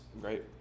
great